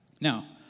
Now